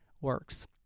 works